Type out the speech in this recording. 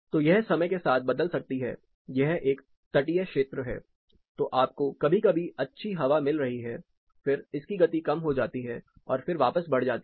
तो यह समय के साथ बदल सकती है यह एक तटीय क्षेत्र है तो आपको कभी कभी अच्छी हवा मिल रही है फिर इसकी गति कम हो जाती है और फिर वापस बढ़ जाती है